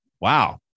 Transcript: wow